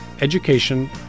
education